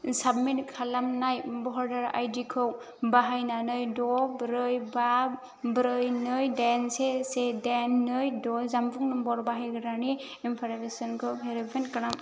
submit खालामनाय भटार आइडिखौ बाहायनानै द' ब्रै बा ब्रै नै दाइन से से दाइन नै द' जानबुं नम्बर बाहायग्रानि इनफ'रमेसनखौ भेरिफाइ खालाम